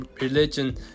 religion